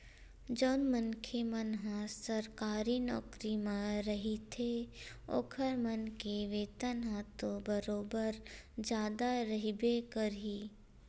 जउन मनखे मन ह सरकारी नौकरी म रहिथे ओखर मन के वेतन ह तो बरोबर जादा रहिबे करही